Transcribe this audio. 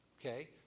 okay